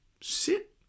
sit